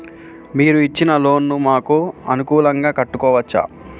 మీరు ఇచ్చిన లోన్ ను మాకు అనుకూలంగా కట్టుకోవచ్చా?